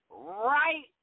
Right